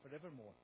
forevermore